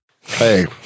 Hey